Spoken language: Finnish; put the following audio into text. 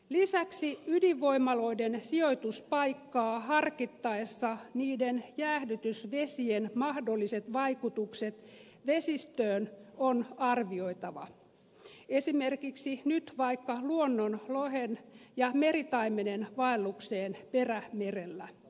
lisäksi ydinvoimaloiden sijoituspaikkaa harkittaessa niiden jäähdytysvesien mahdolliset vaikutukset vesistöön on arvioitava esimerkiksi nyt vaikka luonnonlohen ja meritaimenen vaellukseen perämerellä